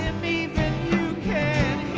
and you can